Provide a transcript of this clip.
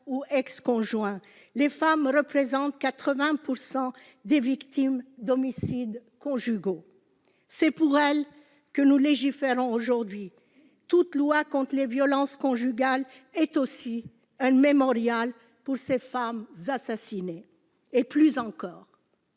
leur ex-conjoint. Les femmes représentent 80 % des victimes d'homicides conjugaux ; c'est pour elles que nous légiférons aujourd'hui. Toute loi contre les violences conjugales est aussi un mémorial pour ces femmes assassinées et, plus encore,